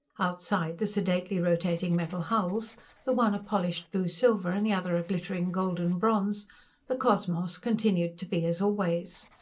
outside the sedately rotating metal hulls the one a polished blue-silver and the other a glittering golden bronze the cosmos continued to be as always.